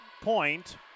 point